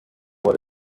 for